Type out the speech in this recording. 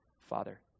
Father